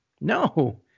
No